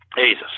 Jesus